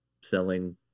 selling